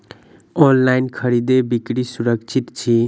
online खरीदै बिक्री सुरक्षित छी